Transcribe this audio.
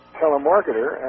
telemarketer